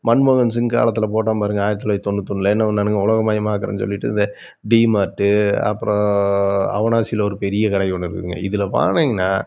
மன்மோகன் சிங் காலத்தில் போட்டான் பாருங்கள் ஆயிரத்தி தொள்ளாயிரத்தி தொண்ணூத்தொன்னில் என்ன பண்ணானுங்கள் உலகமயமாக்குறேன்னு சொல்லிட்டு இந்த டி மார்ட்டு அப்புறோம் அவனாசியில ஒரு பெரிய கடை ஒன்று இருக்குதுங்க இதில் போனீங்கன்னா